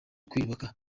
kwiyubaka